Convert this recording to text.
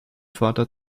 vater